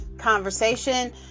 conversation